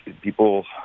people